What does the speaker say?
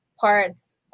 parts